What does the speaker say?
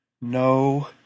No